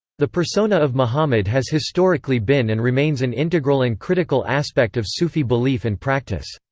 the persona of muhammad has historically been and remains an integral and critical aspect of sufi belief and practice.